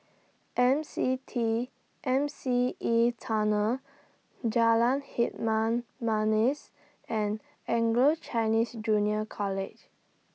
M C T M C E Tunnel Jalan Hitam Manis and Anglo Chinese Junior College